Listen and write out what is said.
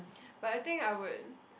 but I think I would